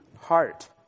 heart